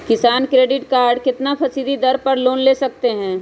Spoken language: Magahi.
किसान क्रेडिट कार्ड कितना फीसदी दर पर लोन ले सकते हैं?